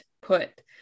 put